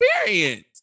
experience